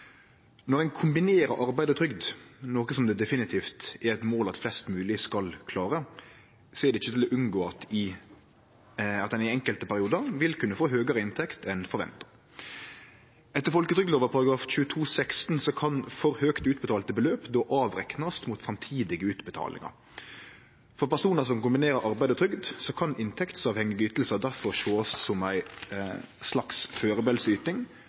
Når ein kombinerer arbeid og trygd, noko som det definitivt er eit mål at flest mogleg skal klare, er det ikkje til å unngå at ein i enkelte periodar vil kunne få høgare inntekt enn forventa. Etter folketrygdlova § 22-16 kan for høgt utbetalte beløp då reknast mot framtidige utbetalingar. For personar som kombinerer arbeid og trygd, kan inntektsavhengige ytingar difor sjåast som ei slags førebels yting